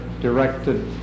directed